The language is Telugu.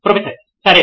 ప్రొఫెసర్ సరే